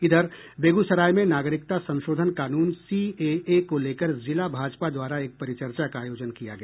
इधर बेगूसराय में नागरिकता संशोधन कानून सीएए को लेकर जिला भाजपा द्वारा एक परिचर्चा का आयोजन किया गया